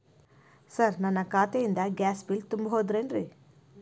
Sir ನನ್ನ ಖಾತೆಯಿಂದ gas bill ತುಂಬಹುದೇನ್ರಿ?